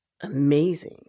amazing